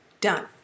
done